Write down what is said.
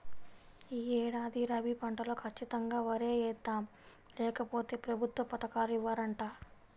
యీ ఏడాది రబీ పంటలో ఖచ్చితంగా వరే యేద్దాం, లేకపోతె ప్రభుత్వ పథకాలు ఇవ్వరంట